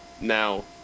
now